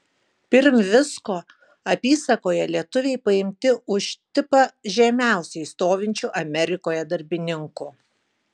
pirm visko apysakoje lietuviai paimti už tipą žemiausiai stovinčių amerikoje darbininkų